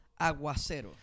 aguacero